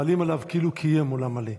מעלים עליו כאילו קיים עולם מלא".